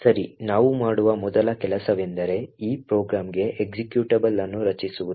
ಸರಿ ನಾವು ಮಾಡುವ ಮೊದಲ ಕೆಲಸವೆಂದರೆ ಈ ಪ್ರೋಗ್ರಾಂಗೆ ಎಕ್ಸಿಕ್ಯೂಟಬಲ್ ಅನ್ನು ರಚಿಸುವುದು